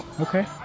Okay